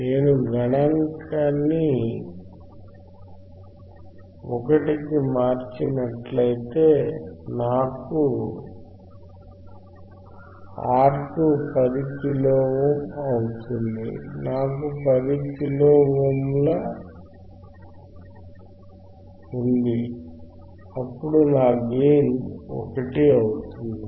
నేను గుణాంకాన్ని 1 కి మార్చినట్లయితే అంటే నాకు R2 10 కిలో ఓమ్ అవుతుంది నాకు 10 కిలోల ఓమ్ ఉంది అప్పుడు నా గెయిన్ 1 అవుతుంది